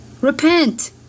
Repent